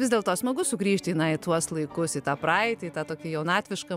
vis dėlto smagu sugrįžti na į tuos laikus į tą praeitį tą tokį jaunatvišką